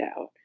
out